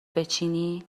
بچینی